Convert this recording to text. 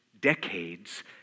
decades